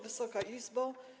Wysoka Izbo!